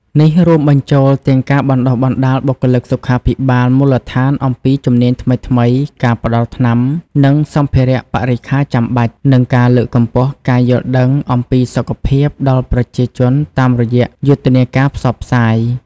នេះរួមបញ្ចូលទាំងការបណ្តុះបណ្តាលបុគ្គលិកសុខាភិបាលមូលដ្ឋានអំពីជំនាញថ្មីៗ ការផ្តល់ថ្នាំ និងសម្ភារៈបរិក្ខារចាំបាច់ និងការលើកកម្ពស់ការយល់ដឹងអំពីសុខភាពដល់ប្រជាជនតាមរយៈយុទ្ធនាការផ្សព្វផ្សាយ។